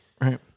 right